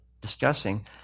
discussing